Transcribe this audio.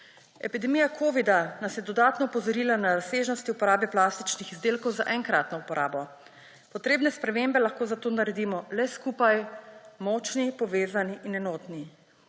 Epidemija covida nas je dodatno opozorila na razsežnosti uporabe plastičnih izdelkov za enkratno uporabo. Potrebne spremembe lahko zato naredimo le skupaj, močni, povezani in enotni.